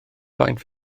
faint